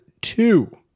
two